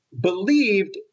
believed